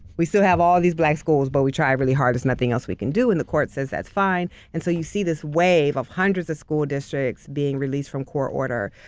we still have all these black schools but we tried really hard, there's nothing else we can do and the court says that's fine. and so you see this wave of hundreds of school districts being released from court order,